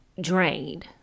drained